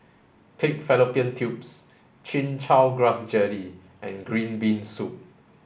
pig fallopian tubes chin chow grass jelly and green bean soup